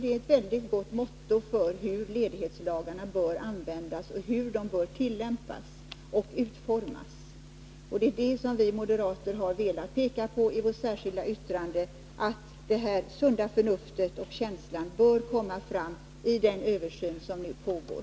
Det är ett mycket gott motto för hur ledighetslagarna bör användas, tillämpas och utformas. Det är det som vi moderater har velat peka på i vårt särskilda yttrande, dvs. att det sunda förnuftet och känslan bör komma fram i den översyn som nu pågår.